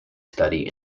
study